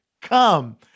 come